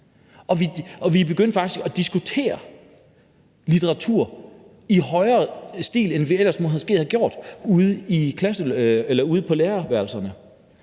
Og vi begyndte faktisk at diskutere litteratur i højere grad, end vi måske ellers havde gjort, ude på lærerværelserne.